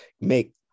make